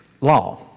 law